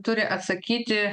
turi atsakyti